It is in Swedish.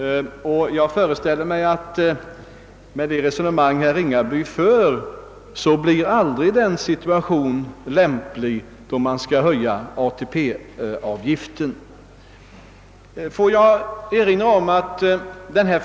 Och jag föreställer mig att med det resonemang herr Ringaby för kommer den situation, då det är lämp ligt att höja avgifterna, aldrig att inträda.